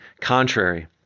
contrary